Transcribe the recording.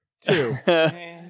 Two